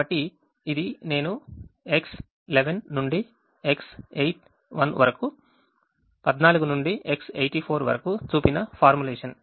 కాబట్టి ఇది నేను X11 నుండి X81 వరకు 14 నుండి X84 వరకు చూపిన ఫార్ములేషన్